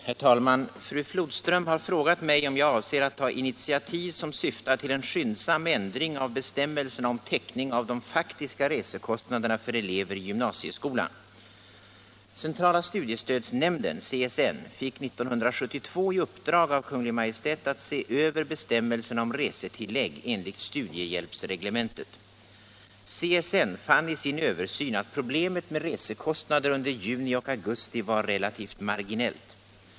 Herr talman! Fru Flodström har frågat mig om jag avser att ta initiativ som syftar till en skyndsam ändring av bestämmelserna om täckning av de faktiska resekostnaderna för elever i gymnasieskolan. Centrala studiestödsnämnden fick 1972 i uppdrag av Kungl. Maj:t att se över bestämmelserna om resetillägg enligt studiehjälpsreglementet. CSN fann i sin översyn att problemet med resekostnader under juni och augusti var relativt marginellt.